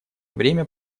время